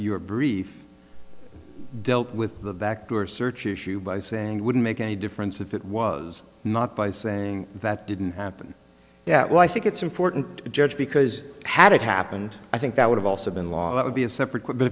you were briefed dealt with the backdoor search issue by saying it wouldn't make any difference if it was not by saying that didn't happen that well i think it's important to judge because had it happened i think that would have also been law that would be a separate